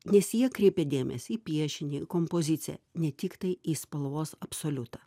nes jie kreipė dėmesį į piešinį kompoziciją ne tiktai į spalvos absoliutą